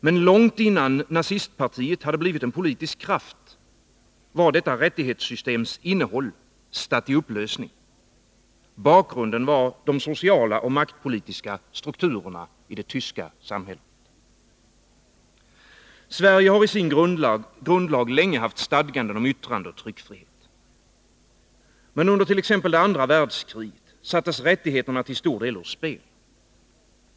Men långt innan nazistpartiet hade blivit en politisk kraft, var detta rättighetssystems innehåll statt i upplösning. Bakgrunden var de sociala och maktpolitiska strukturerna i det tyska samhället. Sverige har i sin grundlag länge haft stadganden om yttrandeoch tryckfrihet. Men under det andra världskriget sattes rättigheterna till stor del ur spel.